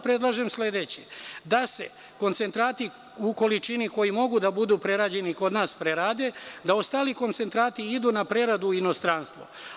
Predlažem da se koncentrati u količini koji mogu da budu prerađeni kod nas prerade, a da ostali koncentrati idu na preradu u inostranstvo.